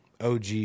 OG